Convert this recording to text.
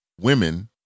women